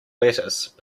lettuce